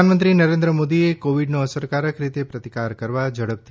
પ્રધાનમંત્રી નરેન્દ્ર મોદીએ કોવિડનો અસરકારક રીતે પ્રતિકાર કરવા ઝડપથી